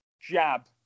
jab